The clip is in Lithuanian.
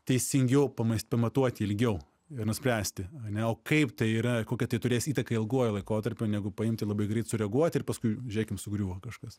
teisingiau pama pamatuoti ilgiau ir nuspręsti ane o kaip tai yra kokią tai turės įtaką ilguoju laikotarpiu negu paimti labai greit sureaguoti ir paskui žiūrėkim sugriūva kažkas